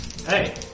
Hey